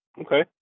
Okay